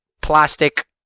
plastic